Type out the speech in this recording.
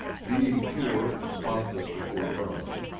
being pure and spotless before god,